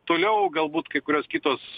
toliau galbūt kai kurios kitos